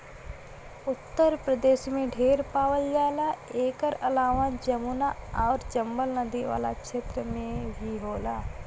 उत्तर प्रदेश में ढेर पावल जाला एकर अलावा जमुना आउर चम्बल नदी वाला क्षेत्र में भी होला